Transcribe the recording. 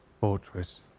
fortress